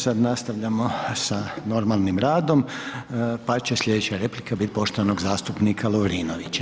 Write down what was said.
Sada nastavljamo sa normalnim radom, pa će sljedeća replika biti poštovanog zastupnika Lovrinovića.